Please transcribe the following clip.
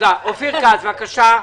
אופיר כץ, בבקשה.